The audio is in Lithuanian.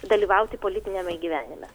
dalyvauti politiniame gyvenime